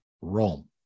Rome